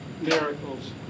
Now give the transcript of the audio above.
miracles